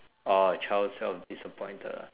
orh child self disappointed ah